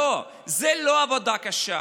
לא, זו לא עבודה קשה.